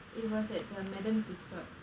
it was at the madamme tussauds